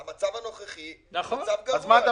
המצב הנוכחי הוא מצב גרוע,